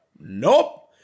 nope